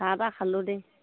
চাহ তাহ খালোঁ দেই